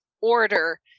order